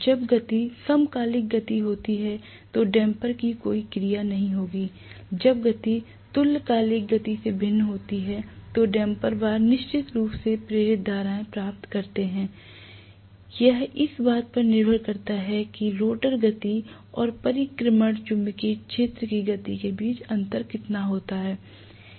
जब गति समकालिक गति होती है तो डैमपर की कोई क्रिया नहीं होगी जब गति तुल्यकालिक गति से भिन्न होती है तो डैमपर बार निश्चित रूप से प्रेरित धाराएँ प्राप्त करते हैंयह इस पर निर्भर करता है कि रोटर गति और परिक्रमण चुंबकीय क्षेत्र की गति के बीच अंतर कितना होता है